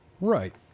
Right